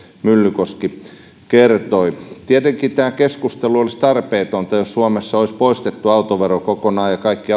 myllykoski kertoi tietenkin tämä keskustelu olisi tarpeetonta jos suomessa olisi poistettu autovero kokonaan ja kaikki